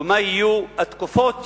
ומה יהיו התקופות